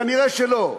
כנראה לא.